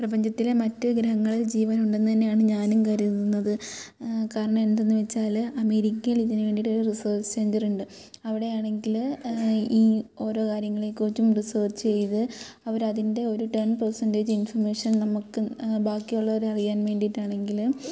പ്രപഞ്ചത്തിലെ മറ്റു ഗ്രഹങ്ങളിൽ ജീവൻ ഉണ്ടെന്ന് തന്നെയാണ് ഞാനും കരുതുന്നത് കാരണം എന്തെന്ന് വെച്ചാൽ അമേരിക്കയിൽ ഇതിന് വേണ്ടിയിട്ട് ഒരു റിസർച്ച് സെൻറ്റർ ഉണ്ട് അവിടെ ആണെങ്കിൽ ഈ ഓരോ കാര്യങ്ങളെ കുറിച്ചും റിസർച്ച് ചെയ്ത് അവർ അതിൻ്റെ ഒരു ടെൻ പെർസെൻറ്റേജ് ഇൻഫോർമേഷൻ നമുക്ക് ബാക്കിയുള്ളവർ അറിയാൻ വേണ്ടിയിട്ടാണെങ്കിൽ